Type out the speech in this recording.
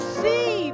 see